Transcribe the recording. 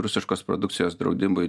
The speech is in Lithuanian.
rusiškos produkcijos draudimui